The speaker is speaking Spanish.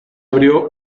abrió